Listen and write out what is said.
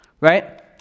right